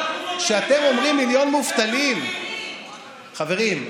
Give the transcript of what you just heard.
כשאתם אומרים "מיליון מובטלים" חברים,